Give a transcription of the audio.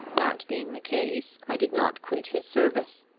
that being the case, i did not quit his service?